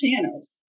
channels